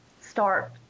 start